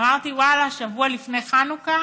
אמרתי: ואללה, שבוע לפני חנוכה